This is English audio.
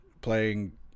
playing